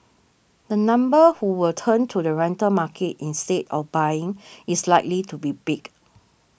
the number who will turn to the rental market instead of buying is likely to be big